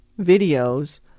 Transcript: videos